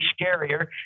scarier